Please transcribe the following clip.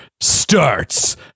starts